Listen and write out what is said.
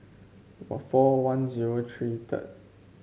or four one zero three third